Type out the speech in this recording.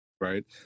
Right